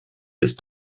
ist